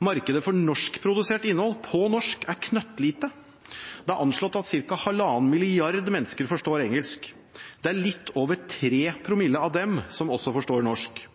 Markedet for norskprodusert innhold på norsk er knøttlite. Det er anslått at 1,5 milliarder mennesker forstår engelsk. Det er litt over 3 promille av dem som også forstår norsk.